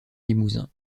limousin